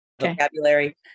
vocabulary